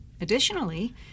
Additionally